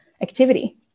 activity